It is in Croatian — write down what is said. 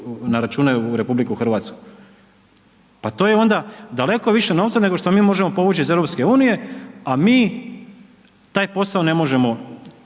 na računa u RH. Pa to je onda daleko više novca nego što mi možemo povući iz EU, a mi taj posao ne možemo